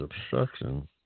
obstruction